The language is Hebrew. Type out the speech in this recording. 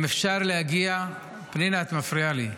אם אפשר להגיע, פנינה, את מפריעה לי.